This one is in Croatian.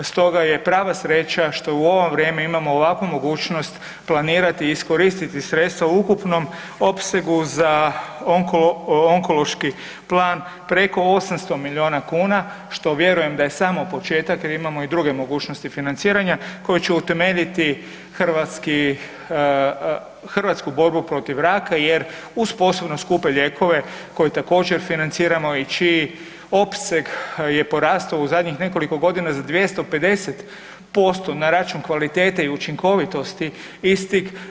Stoga je prava sreća što u ovo vrijeme imamo ovakvu mogućnost planirati i iskoristiti sredstva u ukupnom opsegu za onkološki plan preko 800 milijuna kuna, što vjerujem da je samo početak jel imamo i druge mogućnosti financiranja koje će utemeljiti hrvatsku borbu protiv raka jer uz posebno skupe lijekove koje također financiramo i čiji opseg je porastao u zadnjih nekoliko godina za 250% na račun kvalitete i učinkovitosti istih.